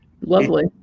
lovely